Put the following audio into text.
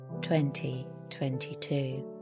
2022